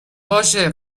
باشه